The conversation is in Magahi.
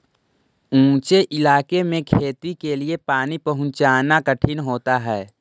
ऊँचे इलाके में खेती के लिए पानी पहुँचाना कठिन होता है